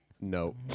No